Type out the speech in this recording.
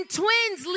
twins